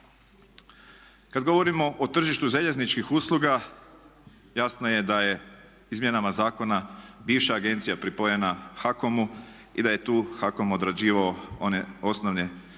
Kad govorimo o tržištu željezničkih usluga jasno je da je izmjenama zakona bivša agencija pripojena HAKOM-u i da je tu HAKOM odrađivao one osnovne svoje